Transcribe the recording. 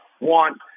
want